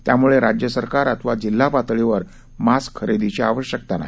त्यामुळे राज्य सरकार अथवा जिल्हा पातळीवर मास्क खरेदीची आवश्यकता नाही